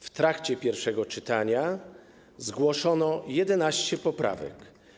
W trakcie pierwszego czytania zgłoszono 11 poprawek.